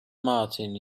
martin